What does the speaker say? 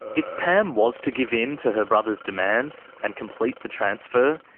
if pam was to give in to her brother's demands and complete the transfer,